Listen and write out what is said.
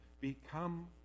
Become